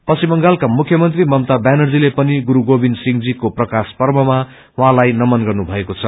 पश्चिम बंगालका मुख्यमंत्री ममता वनजीले पनि गुरू गाविन्द सिंहजीको प्रकाश पर्वमा उझँलाई नमन गर्नुभएको छ